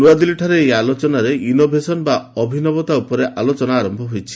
ନ୍ତଆଦିଲ୍ଲୀଠାରେ ଏହି ଆଲୋଚନାରେ ଇନୋଭେସନ୍ ବା ଅଭିନବତା ଭପରେ ଆଲୋଚନା ଆରମ୍ଭ ହୋଇଛି